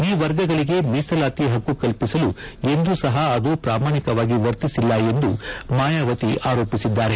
ಈ ವರ್ಗಗಳಿಗೆ ಮೀಸಲಾತಿ ಹಕ್ಕು ಕಲ್ಲಿಸಲು ಎಂದೂ ಸಹ ಅದು ಪ್ರಾಮಾಣಿಕವಾಗಿ ವರ್ತಿಸಿಲ್ಲ ಎಂದು ಮಾಯಾವತಿ ಆರೋಪಿಸಿದ್ದಾರೆ